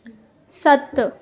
सत